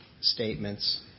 statements